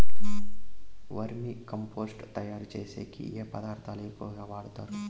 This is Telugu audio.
వర్మి కంపోస్టు తయారుచేసేకి ఏ పదార్థాలు ఎక్కువగా వాడుతారు